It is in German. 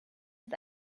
ist